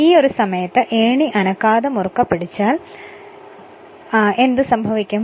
ഈയൊരു സമയത്ത്് ഏണി അനക്കാതെ മുറുകെ പിടിച്ചാൽ എന്തായിരിക്കും സംഭവിക്കുക